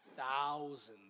thousands